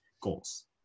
goals